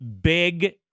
big